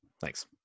Thanks